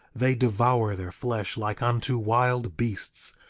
they devour their flesh like unto wild beasts,